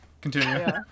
continue